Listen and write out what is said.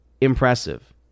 impressive